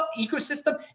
ecosystem